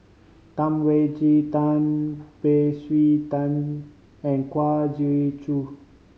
Tam Wai Jia Tan Beng Swee Tan and Kwa Geok Choo